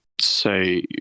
say